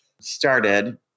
started